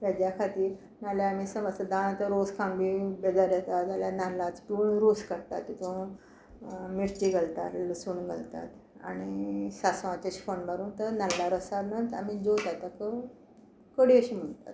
वेज्या खातीर नाल्यार आमी समज सदांच रोस खावन बी बेजार येता जाल्यार नाल्लाचो पिळ रोस काडटात तितून मिरची घालतात लसूण घालतात आनी सांसवाचें अशें फण्ण मारून नाल्ला रोसान आमी जेवतात ताका कडी अशें म्हणटात